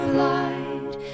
light